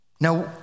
Now